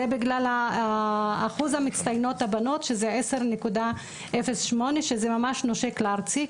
זה בגלל אחוז הצטיינות הבנות שזה 10.08 שזה ממש נושק לארצי,